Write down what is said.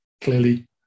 clearly